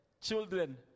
children